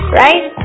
right